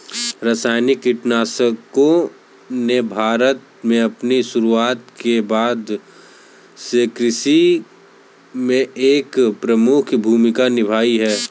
रासायनिक कीटनाशकों ने भारत में अपनी शुरूआत के बाद से कृषि में एक प्रमुख भूमिका निभाई है